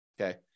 okay